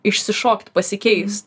išsišokti pasikeis